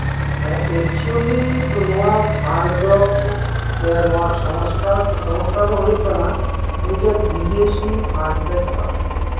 ᱦᱮᱸ ᱮᱠᱪᱩᱭᱮᱞᱤ ᱱᱚᱣᱟ ᱯᱷᱟᱱᱰ ᱫᱚ ᱥᱮ ᱱᱚᱣᱟ ᱥᱚᱝᱥᱛᱷᱟ ᱫᱚ ᱦᱩᱭᱩᱜ ᱠᱟᱱᱟ ᱢᱤᱫᱴᱮᱡ ᱵᱤᱫᱮᱥᱤ ᱯᱷᱟᱱᱰ ᱛᱮ ᱪᱟᱞᱟᱜ ᱠᱟᱱᱟ